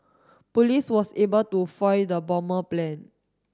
police was able to foil the bomber plan